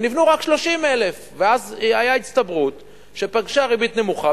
ונבנו רק 30,000. ואז היתה הצטברות שפגשה ריבית נמוכה,